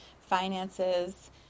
finances